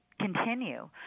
continue